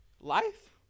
life